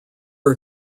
are